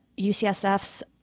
UCSF's